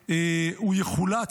שהוא יחולץ.